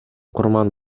курман